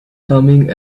coming